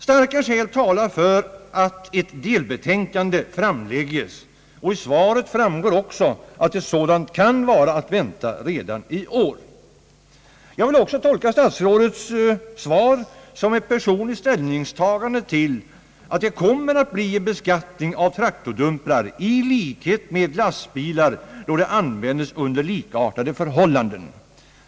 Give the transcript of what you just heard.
Starka skäl talar för att ett delbetänkande framlägges. Av svaret framgår också att ett sådant kan vara att vänta redan i år. Jag vill även tolka statsrådets svar som ett personligt ställningstagande för en beskattning av traktordumprar på samma sätt som av lastbilar då de används under likartade förhållanden.